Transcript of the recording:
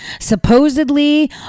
supposedly